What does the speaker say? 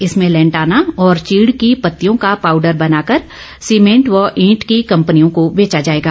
इसमें लैंटाना और चीड़ की पत्तियों का पाउडर बनाकर सीमेंट व ईंट की कम्पनियों को बेचा जाएगा